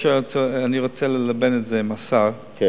היות שאני רוצה ללבן את זה עם השר טלפונית,